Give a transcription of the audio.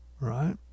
right